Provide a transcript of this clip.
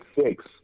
six